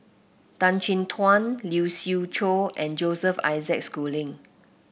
Tan Chin Tuan Lee Siew Choh and Joseph Isaac Schooling